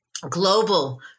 Global